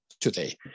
today